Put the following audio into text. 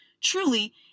truly